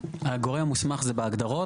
הגורם המוסמך זה בהגדרות.